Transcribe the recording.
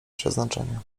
przeznaczenie